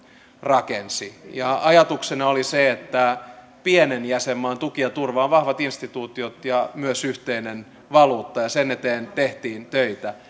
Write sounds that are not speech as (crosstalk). rakensi ja ajatuksena oli se että pienen jäsenmaan tuki ja turva on vahvat instituutiot ja myös yhteinen valuutta ja sen eteen tehtiin töitä (unintelligible)